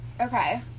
Okay